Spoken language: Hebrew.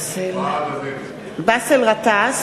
באסל גטאס,